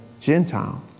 Gentile